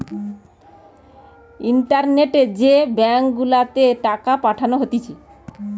ইন্টারনেটে যে ব্যাঙ্ক গুলাতে টাকা পাঠানো হতিছে